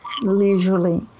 leisurely